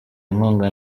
inkunga